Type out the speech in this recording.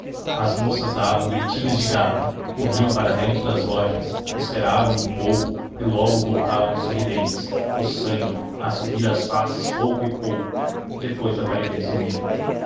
as moças davam gritinhos de gata corriam para dentro das lojas esperavam um pouco e logo voltavam sorridentes o sangue a subir às faces pouco e pouco depois da palidez do medo